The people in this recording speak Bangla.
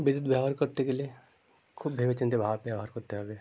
বিদ্যুৎ ব্যবহার করতে গেলে খুব ভেবেচিন্তে ব্যবহার করতে হবে